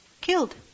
Killed